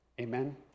Amen